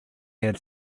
had